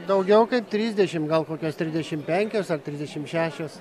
daugiau kaip trisdešimt gal kokios trisdešimt penkios ar trisdešimt šešios